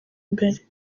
imbere